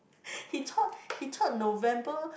he thought he thought November